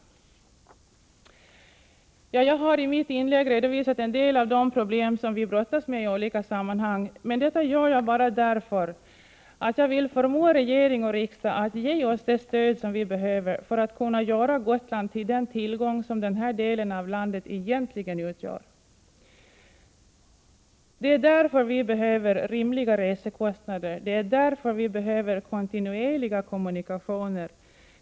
Jag har i mitt inlägg redovisat en del av de problem som vi brottas med i olika sammanhang. Detta gör jag bara därför att jag vill förmå regering och riksdag att ge oss det stöd som vi behöver för att kunna göra Gotland till den tillgång som den delen av landet egentligen utgör. Det är därför vi behöver rimliga resekostnader. Det är därför vi behöver kontinuerliga kommunikationer.